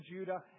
Judah